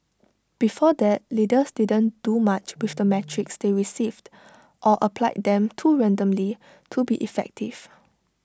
before that leaders didn't do much with the metrics they received or applied them too randomly to be effective